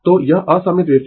तो यह असममित वेव फॉर्म है